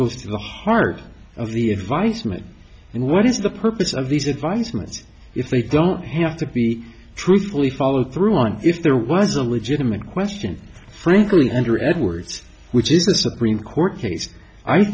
goes to the heart of the advice me and what is the purpose of these advisement if they don't have to be truthfully followed through on if there was a legitimate question frankly under edwards which is a supreme court case i